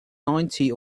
ninety